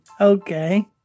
Okay